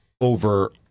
over